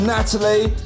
Natalie